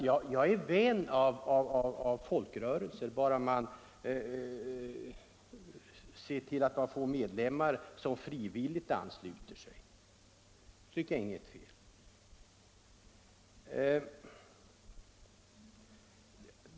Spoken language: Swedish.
Jag är vän av folkrörelser bara man ser till att de får medlemmar på frivillig väg.